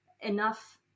enough